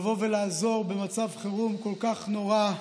לבוא ולעזור במצב חירום כל כך נורא,